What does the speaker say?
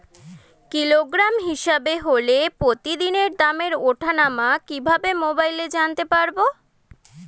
Kilogram হিসাবে হলে প্রতিদিনের দামের ওঠানামা কিভাবে মোবাইলে জানতে পারবো?